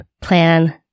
plan